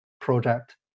project